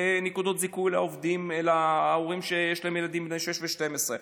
ונקודות זיכוי להורים עובדים שיש להם ילדים בני 6 עד 12,